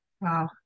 Wow